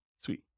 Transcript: Sweet